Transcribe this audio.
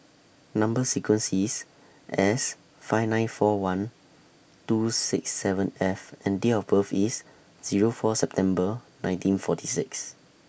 Number sequence IS S five nine four one two six seven F and Date of birth IS Zero four September nineteen forty six